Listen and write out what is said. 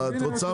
מה את רוצה?